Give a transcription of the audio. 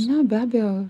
ne be abejo